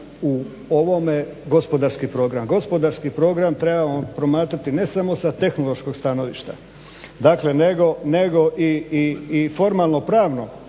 u ovome gospodarski program. Gospodarski program trebamo promatrati ne samo sa tehnološkog stanovišta nego i formalno-pravno